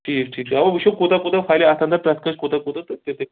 ٹھیٖک ٹھیٖک چھُ اَوا وٕچھو کوٗتاہ کوٗتاہ فَلہِ اَتھ اَنٛدر پرٛٮ۪تھ کٲنٛسہِ کوٗتاہ کوٗتاہ تہٕ تِتھٕے